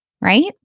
right